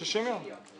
60 יום